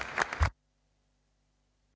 Hvala.